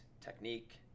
technique